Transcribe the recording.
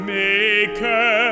maker